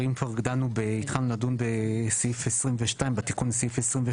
אם כבר התחלנו לדון בתיקון לסעיף 22